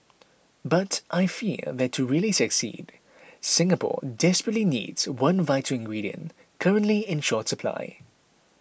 but I fear that to really succeed Singapore desperately needs one vital ingredient currently in short supply